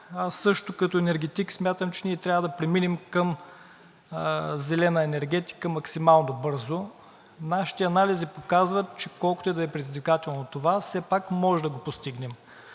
Аз също като енергетик смятам, че ние трябва да преминем към зелена енергетика максимално бързо. Нашите анализи показват, че колкото и да е предизвикателно това, все пак можем да го постигнем.